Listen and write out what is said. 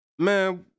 Man